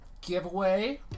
giveaway